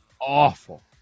awful